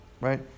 right